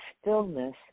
stillness